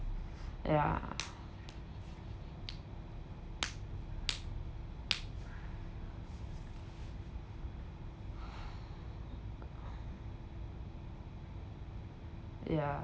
ya ya